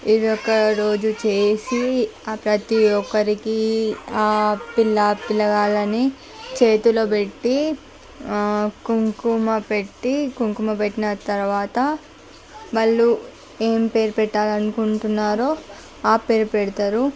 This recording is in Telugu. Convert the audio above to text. ఇది ఒక రోజు చేసి ప్రతి ఒక్కరికి ఆ పిల్లా పిల్లగాళ్ళని చేతులో పెట్టి ఆ కుంకుమ పెట్టి కుంకుమ పెట్టిన తర్వాత వాళ్ళు ఏం పేరు పెట్టాలనుకుంటున్నారో ఆ పేరు పెడతారు